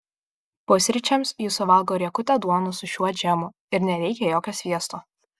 pusryčiams ji suvalgo riekutę duonos su šiuo džemu ir nereikia jokio sviesto